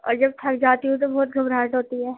اور جب تھک جاتی ہوں تو بہت گھبراہٹ ہوتی ہے